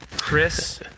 Chris